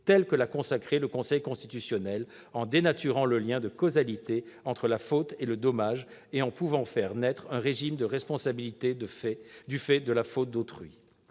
tel que l'a consacré le Conseil constitutionnel, en dénaturant le lien de causalité entre la faute et le dommage et en pouvant faire naître un régime de responsabilité du fait de la faute d'autrui.